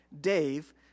Dave